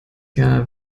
jahr